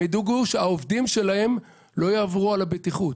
היא תדאג שהעובדים שלה לא יעברו על הבטיחות.